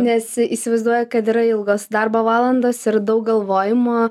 nes įsivaizduoju kad yra ilgos darbo valandos ir daug galvojimo